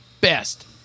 best